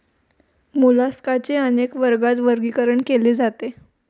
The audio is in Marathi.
मोलास्काचे अनेक वर्गात वर्गीकरण केले जाते